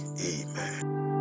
Amen